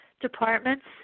departments